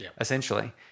essentially